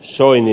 soini